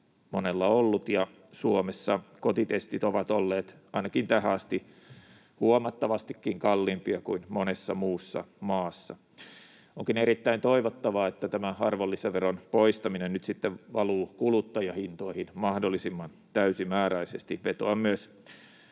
monella ollut, ja Suomessa kotitestit ovat olleet ainakin tähän asti huomattavastikin kalliimpia kuin monessa muussa maassa. Onkin erittäin toivottavaa, että tämä arvonlisäveron poistaminen nyt sitten valuu kuluttajahintoihin mahdollisimman täysimääräisesti. Vetoan myös